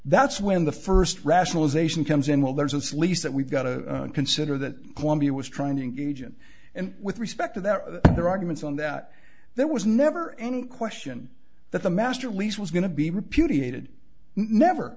that's when the first rationalization comes in well there's a sleaze that we've got to consider that kwame was trying to engage in and with respect to that their arguments on that there was never any question that the master lease was going to be repudiated never